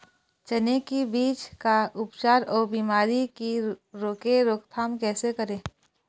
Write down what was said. चने की बीज का उपचार अउ बीमारी की रोके रोकथाम कैसे करें?